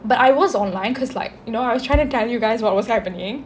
but I was online cause like you know I was trying to tell you guys what was happening